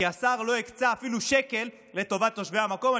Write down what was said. כי השר לא הקצה אפילו שקל לטובת תושבי המקום.